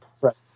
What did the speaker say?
Right